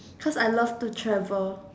cause I love to travel